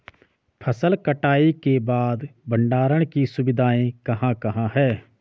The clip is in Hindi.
फसल कटाई के बाद भंडारण की सुविधाएं कहाँ कहाँ हैं?